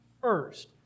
first